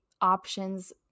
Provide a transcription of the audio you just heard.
options